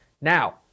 Now